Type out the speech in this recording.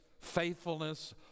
faithfulness